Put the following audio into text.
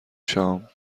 شام